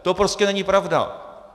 To prostě není pravda!